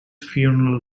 funeral